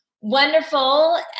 wonderful